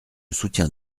soutiens